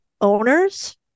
owners –